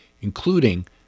including